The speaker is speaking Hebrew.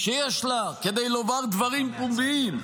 שיש לה כדי לומר דברים פומביים,